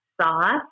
sauce